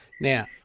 Now